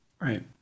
right